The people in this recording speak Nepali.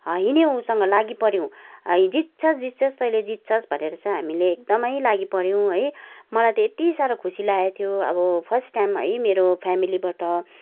ह हिँड्यौँ उसँग लागि पऱ्यौँ जित्छस् जित्छस् तैँले जित्छस् भनेर चाहिँ हामीले एकदमै लागि पऱ्यौँ है मलाई त यति साह्रो खुसी लागेको थियो अब फर्स्ट टाइम है मेरो फेमिलीबाट